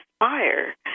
inspire